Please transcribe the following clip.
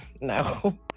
No